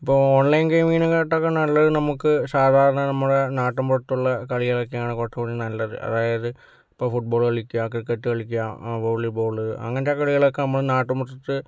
ഇപ്പോൾ ഓൺലൈൻ ഗെയിമിനേക്കാട്ടും ഒക്കെ നല്ലത് നമുക്ക് സാധാരണ നമ്മടെ നാട്ടിൻപുറത്തുള്ള കളികളൊക്കെയാണ് കുറച്ചുംകൂടി നല്ലത് അതായത് ഇപ്പോൾ ഫുട്ബോള് കളിക്കുക ക്രിക്കറ്റ് കളിക്കാ വോളിബോള് അങ്ങനത്തെ കളികളൊക്കെ നമ്മള് നാട്ടിൻപുറത്ത്